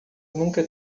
nunca